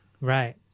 Right